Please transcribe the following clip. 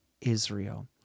Israel